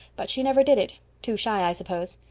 but she never did it too shy, i suppose.